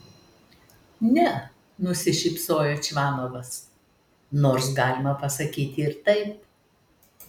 ne nusišypsojo čvanovas nors galima pasakyti ir taip